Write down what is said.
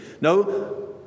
No